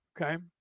Okay